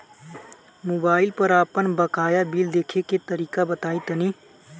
Mobile पर आपन बाकाया बिल देखे के तरीका बताईं तनि?